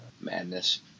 madness